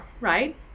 right